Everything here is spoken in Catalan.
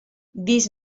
dis